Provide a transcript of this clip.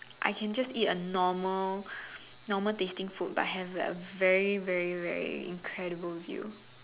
I can just eat a normal normal tasting food but have a very very very incredible view